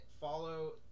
follow